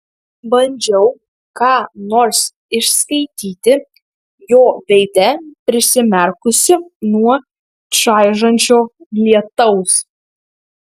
bandžiau ką nors išskaityti jo veide prisimerkusi nuo čaižančio lietaus